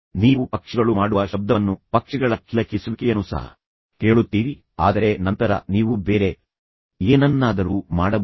ನೀವು ಪಕ್ಷಿಗಳು ಮಾಡುವ ಶಬ್ದವನ್ನು ಪಕ್ಷಿಗಳ ಕಿಲಕಿಲಿಸುವಿಕೆಯನ್ನು ಸಹ ಕೇಳುತ್ತೀರಿ ಆದರೆ ನಂತರ ನೀವು ಬೇರೆ ಏನನ್ನಾದರೂ ಮಾಡಬಹುದು